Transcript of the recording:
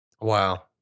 wow